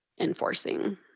enforcing